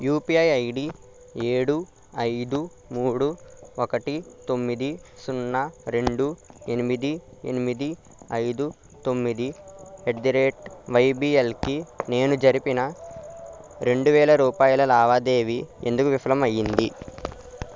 UPI ID ఏడు ఐదు మూడు ఒకటి తొమ్మిది సున్నా రెండు ఎనిమిది ఎనిమిది ఐదు తొమ్మిది యట్ ది రేట్ వైబిఎల్కి నేను జరిపిన రెండువేల రూపాయల లావాదేవీ ఎందుకు విఫలం అయ్యింది